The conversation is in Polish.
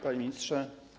Panie Ministrze!